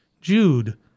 Jude